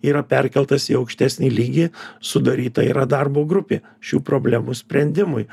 yra perkeltas į aukštesnį lygį sudaryta yra darbo grupė šių problemų sprendimui